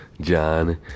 John